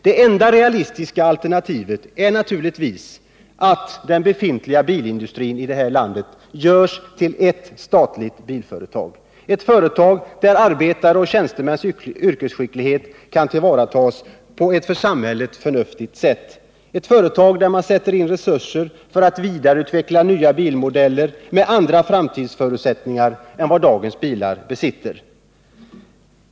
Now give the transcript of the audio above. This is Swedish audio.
Det enda realistiska alternativet är naturligtvis att den befintliga bilindustrin i det här landet görs till ett statligt bilföretag, ett företag där arbetares och tjänstemäns yrkesskicklighet kan tillvaratas på ett för samhället förnuftigt sätt, ett företag där man sätter in resurser för att vidareutveckla nya bilmodeller med andra framtidsförutsättningar än de som gäller för dagens bilar.